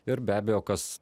ir be abejo kas